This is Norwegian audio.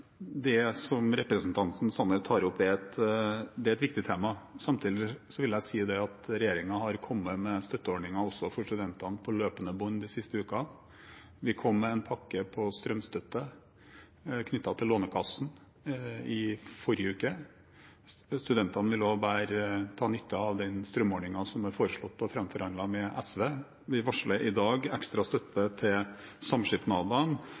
Det som representanten Sanner tar opp, er et viktig tema. Samtidig vil jeg si at regjeringen har kommet med støtteordninger også for studentene på løpende bånd den siste uken. Vi kom med en pakke for strømstøtte knyttet til Lånekassen i forrige uke. Studentene vil også dra nytte av den strømordningen som ble foreslått og framforhandlet med SV. Vi varsler i dag ekstra støtte til samskipnadene,